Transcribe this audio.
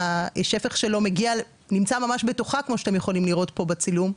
שהשטח נמצא ממש בתוכה כמו שאתם יכולים לראות פה בצילום,